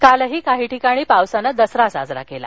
कालही काही ठिकाणी पावसानं दसरा साजरा केला